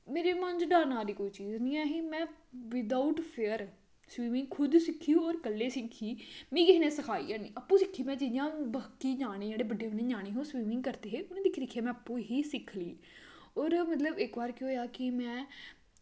मेरे मन च डर नांऽ दी कोई चीज निं है ही में बिदआउट फीयर स्विमिंग सिक्खी और खुद सिक्खी मिगी किसै ने सखाई गै निं अप्पू सिक्खियां जि'यां बड्डे बड्डे ञ्याने हे ओह् स्विमिंग करदे हे उ'नें गी दिक्खी दिक्खियै में अप्पूं गै सिक्ख ली और मतलब इक बार केह् होआ कि में